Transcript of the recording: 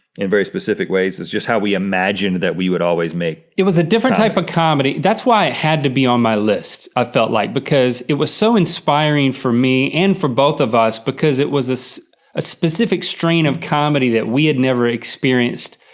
in very specific ways, it's just how we imagined that we would always make comedy. it was a different type of comedy. that's why it had to be on my list, i felt like, because it was so inspiring for me, and for both of us, because it was this specific strain of comedy that we had never experienced,